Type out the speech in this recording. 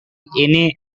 ini